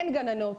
אין גננות.